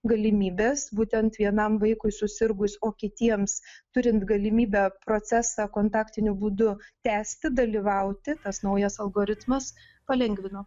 galimybės būtent vienam vaikui susirgus o kitiems turint galimybę procesą kontaktiniu būdu tęsti dalyvauti tas naujas algoritmas palengvino